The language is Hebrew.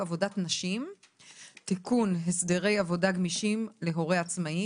עבודת נשים (תיקון הסדרי עבודה גמישים להורה עצמאי),